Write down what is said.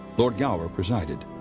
lord gower presided.